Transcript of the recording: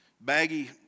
baggy